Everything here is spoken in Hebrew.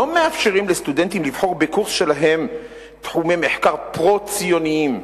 מאפשרים לסטודנטים לבחור בקורס שלהם תחומי מחקר פרו-ציוניים.